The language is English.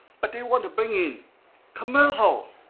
but they want to bring in commercial,